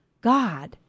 god